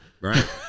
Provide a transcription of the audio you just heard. Right